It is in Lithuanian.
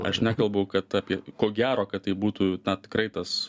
aš nekalbu kad apie ko gero kad taip būtų na tikrai tas